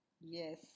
Yes